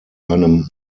einem